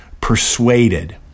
Persuaded